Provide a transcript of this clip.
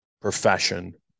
profession